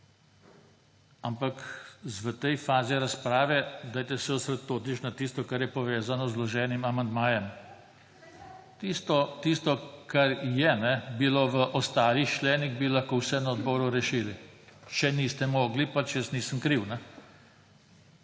Ampak v tej fazi razprave se dajte osredotočiti na tisto, kar je povezano z vloženim amandmajem. Tisto, kar je bilo v ostalih členih, bi lahko vse na odboru rešili. Če niste mogli, pač jaz nisem kriv.